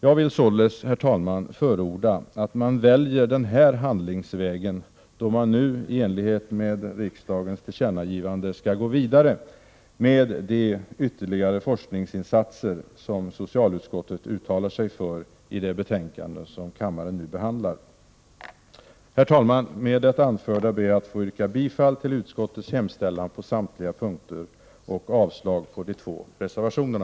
Jag vill således, herr talman, förorda att man väljer den här handlingsvägen då man nu i enlighet med riksdagens tillkännagivande skall gå vidare med de ytterligare forskningsinsatser som socialutskottet uttalar sig för i det betänkande som kammaren nu behandlar. Herr talman! Med det anförda ber jag att få yrka bifall till utskottets hemställan på samtliga punkter och avslag på de två reservationerna.